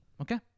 Okay